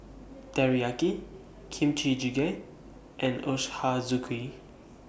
Teriyaki Kimchi Jjigae and Ochazuke